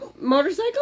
motorcycle